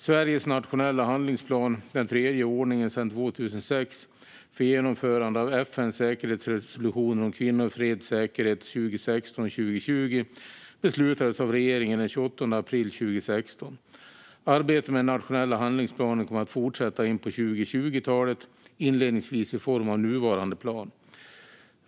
Sveriges nationella handlingsplan, den tredje i ordningen sedan 2006, för genomförande av FN:s säkerhetsrådsresolutioner om kvinnor, fred och säkerhet 2016-2020 beslutades av regeringen den 28 april 2016. Arbetet med den nationella handlingsplanen kommer att fortsätta in på 2020-talet, inledningsvis i form av nuvarande plan.